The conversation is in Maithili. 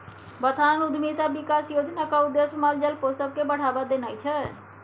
बथान उद्यमिता बिकास योजनाक उद्देश्य माल जाल पोसब केँ बढ़ाबा देनाइ छै